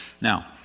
Now